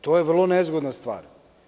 To je vrlo nezgodna stvar.